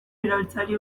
erabiltzeari